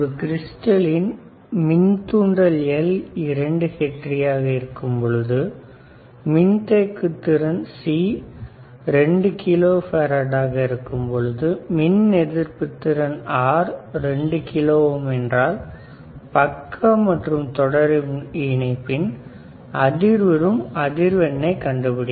கிரிஸ்டலின் மின்தூண்டல் L2hentry மின்தேக்குத்திறன் C2 kilo farad மின் எதிர்ப்புத்திறன் R2 kilo ohm என்றால் பக்க மற்றும் தொடர் இணைப்பின் அதிர்வுறும் அதிர்வெண்ணை கண்டுபிடிக்க